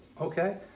okay